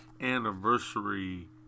anniversary